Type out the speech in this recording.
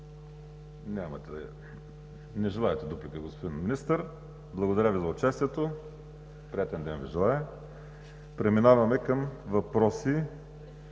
Не желаете дуплика, господин Министър. Благодаря Ви за участието. Приятен ден Ви желая! Преминаваме към въпрос